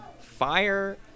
fire